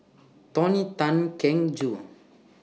Tony Tan Keng Joo